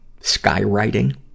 Skywriting